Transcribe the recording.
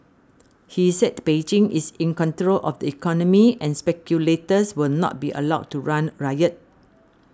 he said Beijing is in control of the economy and speculators will not be allowed to run riot